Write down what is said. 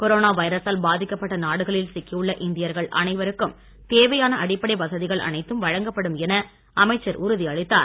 corona வைரசால் பாதிக்கப்பட்ட நாடுகளில் சிக்கியுள்ள இந்தியர்கள் அனைவருக்கும் தேவையான அடிப்படை வசதிகள் அனைத்தும் வழங்கப்படும் என அமைச்சர் உறுதியளித்தார்